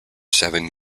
seven